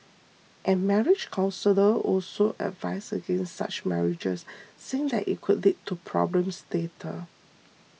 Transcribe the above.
and marriage counsellor also advise against such marriages saying that it could lead to problems later